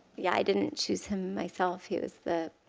yeah i didn't choose him myself. he was the